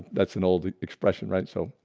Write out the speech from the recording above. that's an old expression, right? so,